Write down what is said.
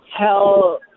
tell